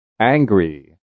Angry